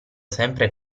sempre